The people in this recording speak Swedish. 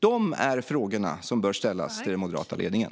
Detta är frågor som bör tas upp med den moderata ledningen.